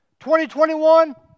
2021